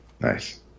Nice